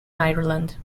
ireland